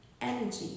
energy